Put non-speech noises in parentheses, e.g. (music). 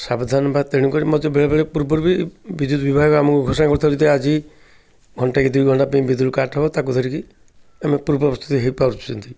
ସାବଧାନ ବା ତେଣୁ କରି ମଧ୍ୟ ବେଳେବେଳେ ପୂର୍ବରୁ ବିଜୁଳି ବିଭାଗ ଆମକୁ ଘୋଷଣା କରୁଥିବ ଯଦି ଆଜି ଘଣ୍ଟେ କି ଦୁଇ ଘଣ୍ଟା ପାଇଁ ବିଦ୍ୟୁତ କାଟ ହେବ ତା'କୁ ଧରିକି ଆମେ (unintelligible) ହେଇ ପାରୁଛନ୍ତି